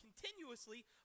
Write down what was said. continuously